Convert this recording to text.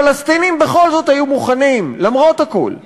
הפלסטינים בכל זאת היו מוכנים, למרות הכול,